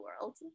world